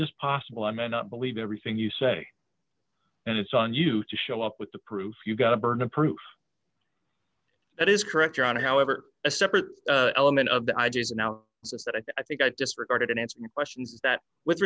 just possible i may not believe everything you say and it's on you to show up with the proof you've got a burden of proof that is correct your honor however a separate element of the idea is now that i think i disregarded in answering questions that with